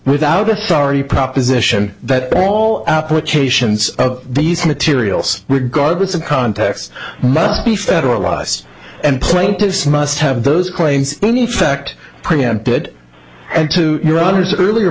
without authority proposition that all applications of these materials regardless of context must be federalized and plaintiffs must have those claims in effect preempted and to your honor's earlier